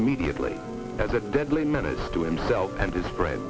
immediately and the deadly minutes to himself and his friend